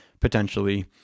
potentially